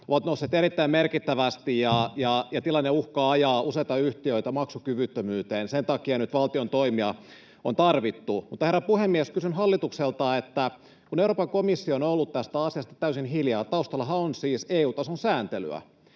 ovat nousseet erittäin merkittävästi, ja tilanne uhkaa ajaa useita yhtiöitä maksukyvyttömyyteen. Sen takia nyt valtion toimia on tarvittu. Herra puhemies! Kysyn hallitukselta: Kun Euroopan komissio on ollut tästä asiasta täysin hiljaa — taustallahan on siis EU-tason sääntelyä